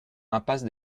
impasse